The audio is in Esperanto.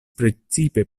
precipe